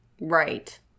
Right